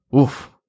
oof